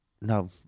no